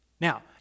Now